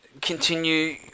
continue